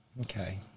Okay